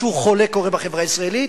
משהו חולה קורה בחברה הישראלית.